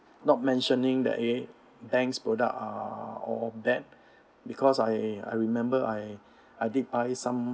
not mentioning that eh bank's product are all bad because I I remember I I did buy some